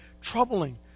troubling